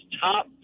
top